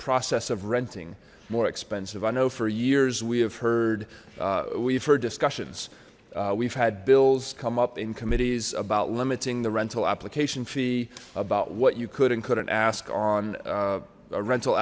process of renting more expensive i know for years we have heard we've heard discussions we've had bills come up in committees about limiting the rental application fee about what you could and couldn't ask on a rental